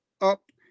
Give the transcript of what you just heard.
up